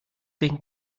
denken